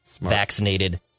vaccinated